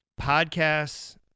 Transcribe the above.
podcasts